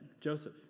Joseph